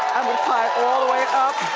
tie it all the way up.